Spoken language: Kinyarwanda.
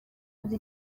uzi